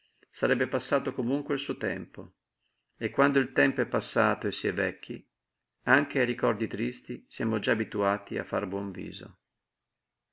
sarebbe passato comunque il suo tempo e quando il tempo è passato e si è vecchi anche ai ricordi tristi siamo già abituati a far buon viso